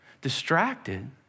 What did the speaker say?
Distracted